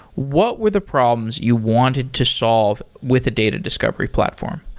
what were the problems you wanted to solve with a data discovery platform?